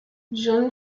john